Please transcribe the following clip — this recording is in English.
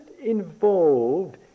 involved